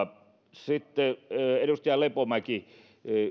sitten edustaja lepomäki